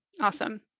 Awesome